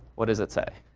what does it say?